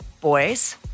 boys